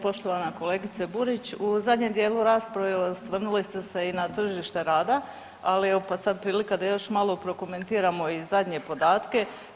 Poštovana kolegice Burić, u zadnjem dijelu rasprave osvrnuli ste se i na tržište rada ali evo pa sad prilika da još malo prokomentiramo i zadnje podatke.